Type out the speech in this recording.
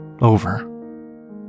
over